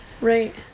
Right